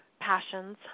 passions